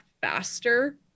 faster